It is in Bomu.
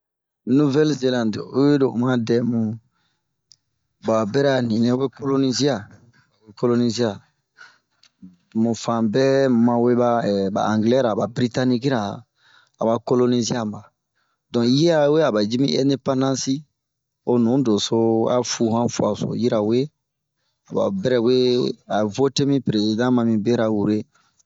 Nuvɛlzelande, oyilo o mad ɛmu, ba bɛrɛ a ninɛ wo kolonizia, ba we kolonizia unh. Munh fanbɛɛ ma we ba angilɛra ma biritanikira, aba kolonizia ma. Donke yirawe aba yimi ɛndepansi.o nudɛso a fu han fuaso, yirɛwe aba bɛrɛ vote mi peresidan mami beraw wure.